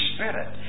Spirit